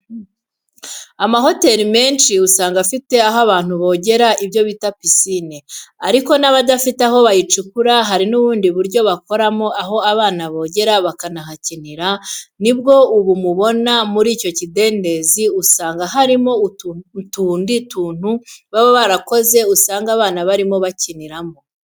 Amahoteli menshi usanga afite aho bantu bogera ibyo bita pisine ariko n'abadafite aho bayicukura hari n'ubundi buryo bakoramo aho abana bogera bakahakinira nibwo ubu mubona muri icyo kidendezi usanga harimo utundi tuntu baba barakoze usanga abana barimo bakiniramo.